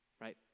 right